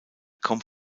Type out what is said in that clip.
kommt